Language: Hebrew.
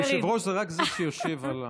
יושב-ראש זה רק זה שיושב על הכיסא.